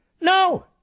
No